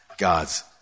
God's